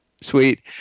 sweet